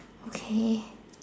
okay